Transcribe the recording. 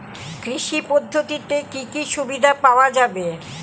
কৃষি পদ্ধতিতে কি কি সুবিধা পাওয়া যাবে?